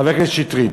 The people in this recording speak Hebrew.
חבר הכנסת שטרית,